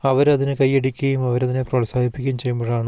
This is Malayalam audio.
അവർ അതിന് കൈ അടിക്കുകയും അവർ അതിനെ പ്രോത്സാഹിപ്പിക്കുകയും ചെയ്യുമ്പോഴാണ്